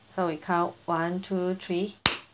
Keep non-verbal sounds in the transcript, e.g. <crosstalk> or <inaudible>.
so we count one two three <noise>